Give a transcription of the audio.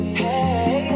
hey